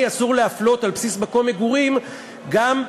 קרוב לחצי מיליון אזרחים במדינת ישראל הם עצמאים,